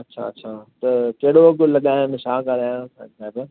अच्छा अच्छा त कहिड़ो अघु लॻायां हिसाबु छा ॻाल्हायां अंदाज़ो